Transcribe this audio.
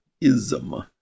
ism